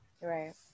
Right